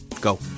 Go